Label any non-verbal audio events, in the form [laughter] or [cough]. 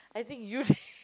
I think you [laughs]